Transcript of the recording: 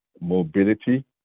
mobility